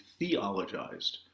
theologized